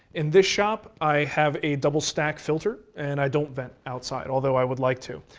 in this shop, i have a double stack filter, and i don't vent outside, although i would like to.